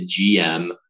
GM